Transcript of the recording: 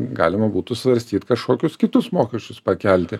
galima būtų svarstyt kažkokius kitus mokesčius pakelti